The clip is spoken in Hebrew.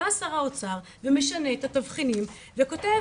בא שר האוצר ומשנה את התבחינים וכותב